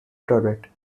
turret